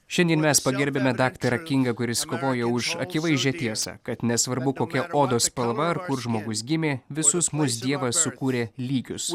šiandien mes pagerbiame daktarą kingą kuris kovojo už akivaizdžią tiesą kad nesvarbu kokia odos spalva ar kur žmogus gimė visus mus dievas sukūrė lygius